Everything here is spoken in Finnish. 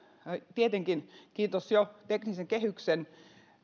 tietenkin kiitos jo teknisen kehyksen